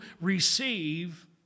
receive